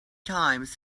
times